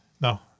No